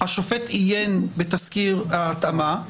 השופט עיין בתסקיר ההתאמה,